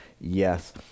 yes